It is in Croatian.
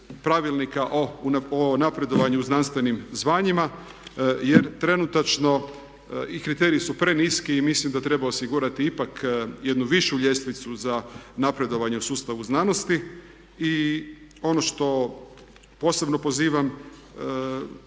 pravilnika o napredovanju u znanstvenim zvanjima jer trenutačno i kriteriji su preniski i mislim da treba osigurati ipak jednu višu ljestvicu za napredovanje u sustavu znanosti. I ono što posebno pozivam